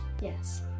Yes